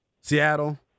Seattle